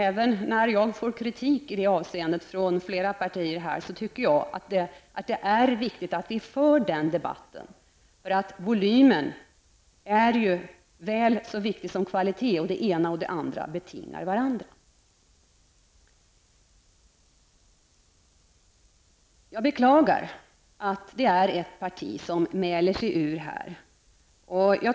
Även när jag får kritik i det avseendet från flera partier, tycker jag att det är viktigt att vi för den debatten. Volymen är väl så viktig som kvaliteten -- det ena betingar det andra. Jag beklagar att ett parti här mäler sig ur.